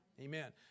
Amen